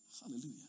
Hallelujah